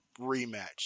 rematch